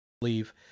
believe